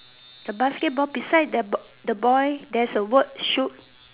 the basketball beside the the boy there's a word shoot